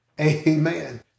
Amen